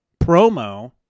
promo